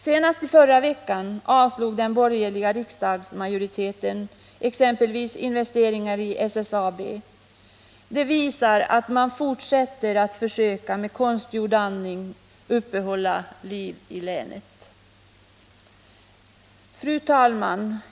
Senast i förra veckan avslog den borgerliga riksdagsmajoriteten ett förslag om investeringar i SSAB. Det visar att man fortsätter att försöka att med konstgjord andning uppehålla liv i länet. Fru talman!